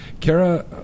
Kara